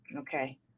okay